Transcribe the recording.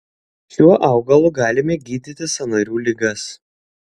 šiuo augalu galime gydyti sąnarių ligas